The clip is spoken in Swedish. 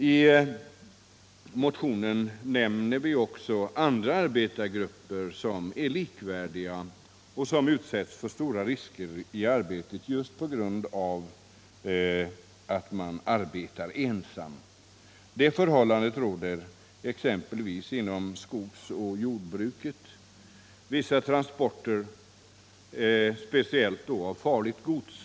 I motionen nämner vi också andra likvärdiga arbetargrupper som utsätts för stora risker i arbetet just på grund av att man arbetar ensam. Det förhållandet råder exempelvis inom skogsoch jordbruket och när det gäller vissa transporter, speciellt av farligt gods.